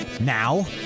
Now